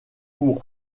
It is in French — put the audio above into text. pour